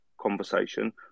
conversation